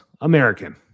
American